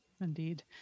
indeed